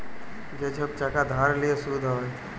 যে ছব টাকা ধার লিঁয়ে সুদ হ্যয়